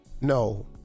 No